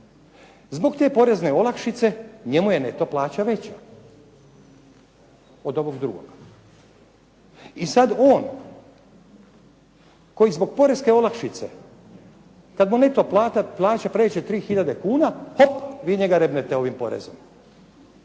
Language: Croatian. zbog te poreske olakšice njemu je neto plaća veća, e sada ovaj koji zbog poreske olakšice kada mu neto plaća prijeđe 3 tisuće kuna vi njega rebnete ovim porezom.